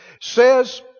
says